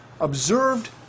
observed